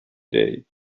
day